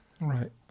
right